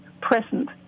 present